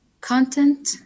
content